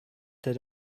that